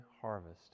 harvest